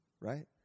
right